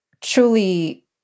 truly